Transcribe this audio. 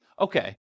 okay